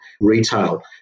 retail